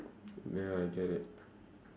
ya I get it